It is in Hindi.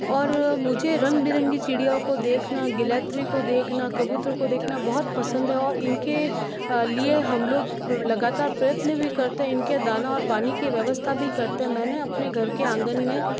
और मुझे रंग बिरंगी चिड़िया को देखना गिलहरी को देखना कबूतर को देखना बहुत पसंद है और इनके लिए हम लोग लगातार प्रयत्न भी करते हैं इनके दाना और पानी की व्यवस्था भी करते हैं मैंने अपने घर के आंगन में